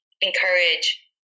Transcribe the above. encourage